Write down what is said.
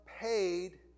paid